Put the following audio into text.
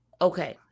okay